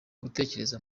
gutekereza